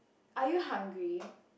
are you hungry